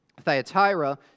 Thyatira